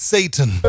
Satan